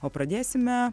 o pradėsime